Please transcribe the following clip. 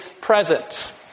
presence